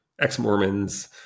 ex-Mormons